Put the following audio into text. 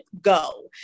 go